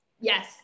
Yes